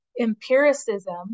empiricism